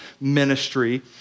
ministry